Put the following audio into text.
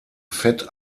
fett